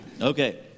Okay